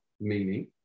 meaning